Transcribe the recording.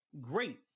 Great